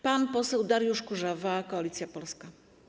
Pan poseł Dariusz Kurzawa, Koalicja Polska.